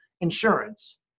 insurance